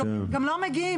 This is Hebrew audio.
גם לא מגיעים,